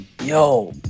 yo